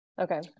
okay